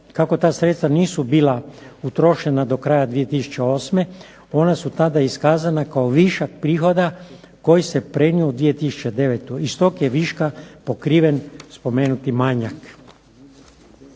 kako ta sredstva nisu bila utrošena do kraja 2008. ona su tada iskazana kao višak prihoda koji se prenio u 2009. i s tog je viška pokriven spomenuti manjak.